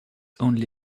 only